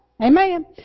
Amen